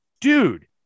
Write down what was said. Dude